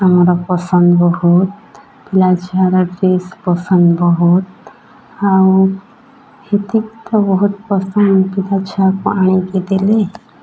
ଆମର ପସନ୍ଦ ବହୁତ ପିଲା ଛୁଆର ଡ୍ରେସ୍ ପସନ୍ଦ ବହୁତ ଆଉ ଏତିକି ତ ବହୁତ ପସନ୍ଦ ପିଲା ଛାଆକୁ ଆଣିକି ଦେଲେ